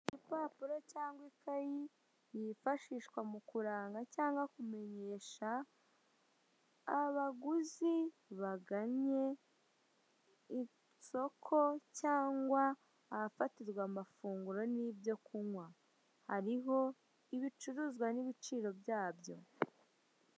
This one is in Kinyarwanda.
Igipapuro cyangwa ikayi, yifashihwa mu kuranga cyangwa kumenyesha, abaguzi bagannye, isoko cyangwa ahafatirwa amafunguro n'ibyo kunywa, hariho ibicuruzwa n'ibiciro byabyo.